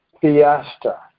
fiesta